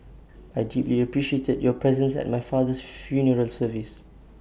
I deeply appreciated your presence at my father's funeral service